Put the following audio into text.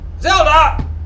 Zelda